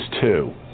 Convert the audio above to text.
two